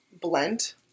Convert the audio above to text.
blend